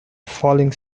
falling